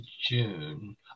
June